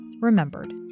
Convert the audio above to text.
remembered